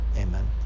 amen